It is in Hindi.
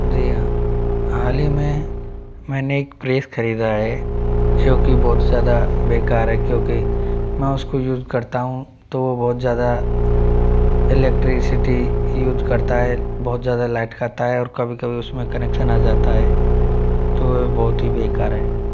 जी हाँ हाल ही में मैंने एक प्रेस खरीदा है क्योंकि बहुत ज़्यादा बेकार है क्योंकि मैं उसको यूज़ करता हूँ तो बहुत ज़्यादा इलेक्ट्रिसिटी यूज करता है बहुत ज़्यादा लाइट खाता है और कभी कभी उसमें कनेक्शन आ जाता है तो यह बहुत ही बेकार है